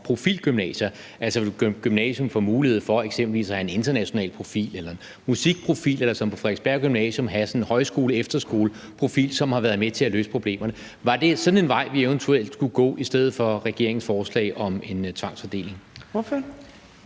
profilgymnasier, altså hvor et gymnasium får mulighed for eksempelvis at have en international profil eller en musikprofil eller som på Frederiksberg Gymnasium at have sådan en højskole- eller efterskoleprofil, som har været med til at løse problemerne. Var det sådan en vej, vi eventuelt skulle gå, i stedet for regeringens forslag om en tvangsfordeling?